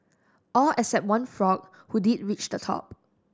all except one frog who did reach the top